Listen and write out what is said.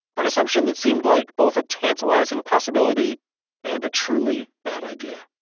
an assumption that seemed like both a tantalizing possibility and a truly bad idea.